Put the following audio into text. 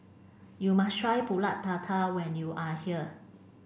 you must try Pulut Tatal when you are here